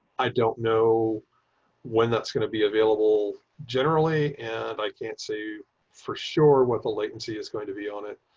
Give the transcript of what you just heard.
i don't know when that's going to be available. generally and i can't say for sure what the latency is going to be on it,